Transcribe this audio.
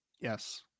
Yes